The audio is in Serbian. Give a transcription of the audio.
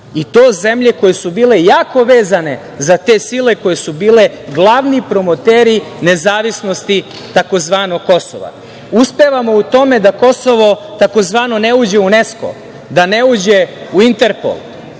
To su zemlje koje su bile jako vezane za te sile koje su bile glavni promoteri nezavisnosti tzv. Kosova. Uspevamo u tome da Kosovo tzv. ne uđe u Unesko, da ne uđe u Interpol.